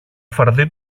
φαρδύ